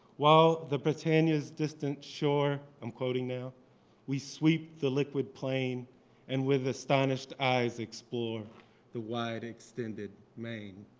while the brittania's distant shore i'm quoting now we sweep the liquid plain and with astonished eyes explore the wide-extended main.